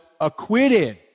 acquitted